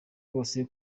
bose